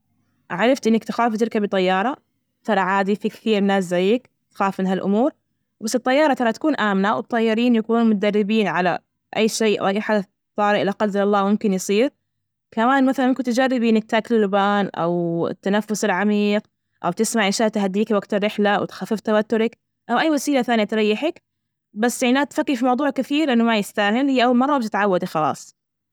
عرفت إنك تخافي تركبي طيارة. ترى عادي في كثير ناس زيك تخاف من هالأمور، بس الطيارة ترى تكون آمنة، والطيارين يكونون متدربين على أي شيء أو أي حدث طارئ لا قدر الله، ممكن يصير كمان مثلا ممكن تجربي إنك تأكلوا لبان أو التنفس العميق، أو تسمعي أشياء تهديكي وقت الرحلة وتخفف توترك أو أي وسيلة ثانيه تريحك، بس يعنى لا تفكري في الموضوع كثير لإنه ما يستاهل هي أول مرة وبتتعودي خلاص.